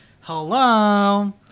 hello